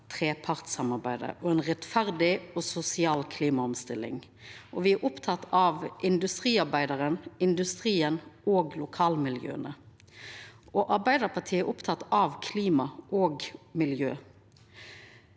trepartssamarbeidet og ei rettferdig og sosial klimaomstilling. Me er opptekne av industriarbeidaren, industrien og lokalmiljøa. Arbeidarpartiet er oppteke av klima og miljø.